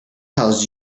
tells